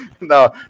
No